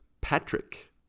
Patrick